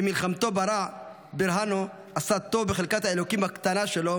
במלחמתו ברהנו עשה טוב בחלקת האלוקים הקטנה שלו,